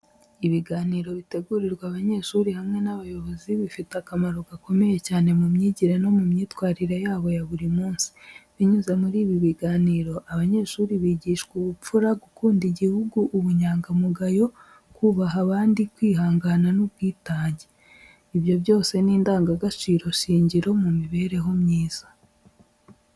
Ibiganiro bitegurirwa abanyeshuri hamwe n’abayobozi bifite akamaro gakomeye cyane mu myigire no mu myitwarire yabo ya buri munsi. Binyuze muri ibi biganiro, abanyeshuri bigishwa ubupfura, gukunda igihugu, ubunyangamugayo, kubaha abandi, kwihangana n’ubwitange, ibyo byose ni indangagaciro shingiro mu mibereho myiza.